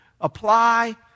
apply